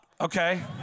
Okay